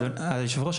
אבל יושב הראש,